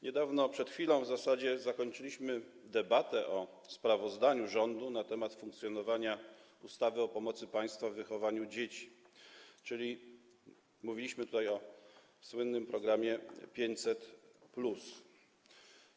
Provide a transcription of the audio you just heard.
Niedawno, przed chwilą w zasadzie, zakończyliśmy debatę o sprawozdaniu rządu na temat funkcjonowania ustawy o pomocy państwa w wychowaniu dzieci, czyli mówiliśmy tutaj o słynnym programie 500+.